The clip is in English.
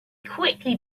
quickly